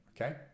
okay